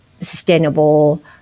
sustainable